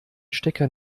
stecker